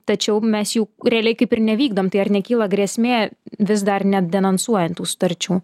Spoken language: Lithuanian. tačiau mes jau realiai kaip ir nevykdom tai ar nekyla grėsmė vis dar nedenonsuojant tų sutarčių